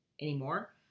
anymore